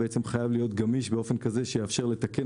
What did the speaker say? חייב להיות גמיש באופן כזה שיאפשר לתקן